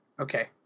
okay